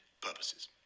purposes